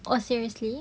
oh seriously